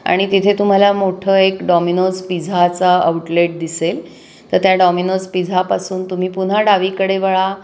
आणि तिथे तुम्हाला मोठं एक डॉमिनोज पिझाचा आउटलेट दिसेल तर त्या डॉमिनोज पिझापासून तुम्ही पुन्हा डावीकडे वळा